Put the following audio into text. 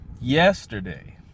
yesterday